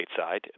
stateside